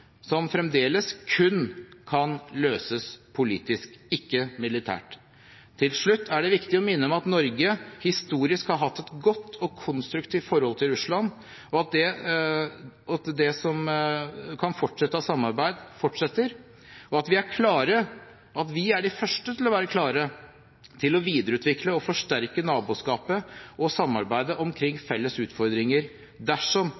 som fremdeles kun kan løses politisk, ikke militært. Til slutt er det viktig å minne om at Norge historisk har hatt et godt og konstruktivt forhold til Russland, at det som kan fortsette av samarbeid, fortsetter, og at vi er de første til å være klare til å videreutvikle og forsterke naboskapet og samarbeidet omkring felles utfordringer dersom